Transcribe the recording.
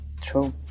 True